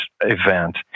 event